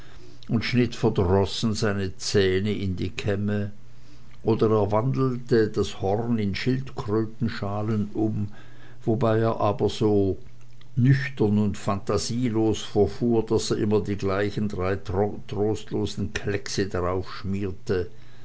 und schnitt verdrossen seine zähne in die kämme oder er wandelte das horn in schildkrötschalen um wobei er aber so nüchtern und phantasielos verfuhr daß er immer die gleichen drei trostlosen kleckse